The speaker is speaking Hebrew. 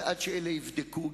ועד שאלה יבדקו,